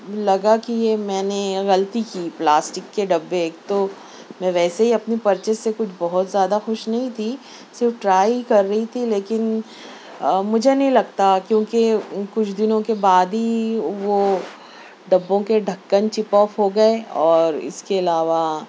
لگا کہ یہ میں نے غلطی کی پلاسٹک کے ڈبے ایک تو میں ویسے ہی اپنے پرچیز سے کچھ بہت زیادہ خوش نہیں تھی صرف ٹرائی کر رہی تھی لیکن مجھے نہیں لگتا کیونکہ کچھ دنوں کے بعد ہی وہ ڈبوں کے ڈھکن چپ آف ہو گئے اور اس کے علاوہ